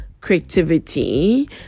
creativity